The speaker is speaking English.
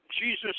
Jesus